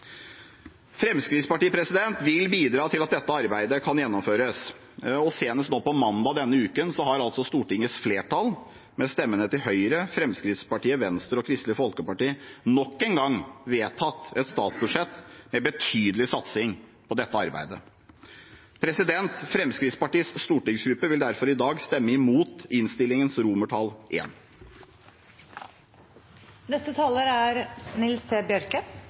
Fremskrittspartiet vil bidra til at dette arbeidet kan gjennomføres, og senest på mandag denne uken vedtok Stortingets flertall, med stemmene til Høyre, Fremskrittspartiet, Venstre og Kristelig Folkeparti, nok en gang et statsbudsjett med betydelig satsing på dette arbeidet. Fremskrittspartiets stortingsgruppe vil derfor i dag stemme imot innstillingens I. Tryggleiken vår er